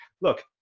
look